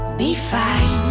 be fine